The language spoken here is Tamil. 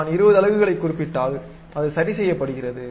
நான் 20 அலகுகளைக் குறிப்பிட்டால் அது சரிசெய்யப்படுகிறது